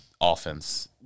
offense